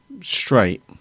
straight